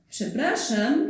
Przepraszam